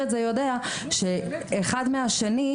את המקום אז יודע שמדובר בדקה הליכה מנקודה אחת לשנייה.